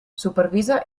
supervisa